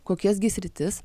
kokias gi sritis